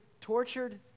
tortured